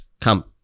come